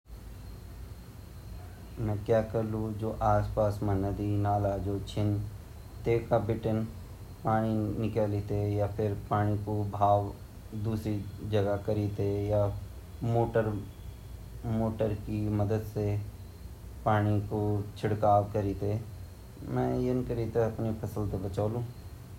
अगर सूखा अगर पड़ी ची कृषक ते ता हम इन कराला की आपा तालाब आजकल सरकारन ता तालाब खोदुंडो हमते सुविधा दी ची हमुन तालाब बनया ची वे बुदीन भी हम सिचाई कर सकन अर नीता हमार जू नदी नाला छिन हम वेमा मोटर लगेते पानी सुविधा भी ची वेते भी हम डाल सकन।